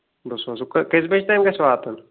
بہٕ سوزہو کٔژِ بَجہِ تانۍ گژھِ واتُن